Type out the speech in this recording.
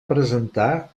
presentar